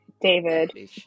david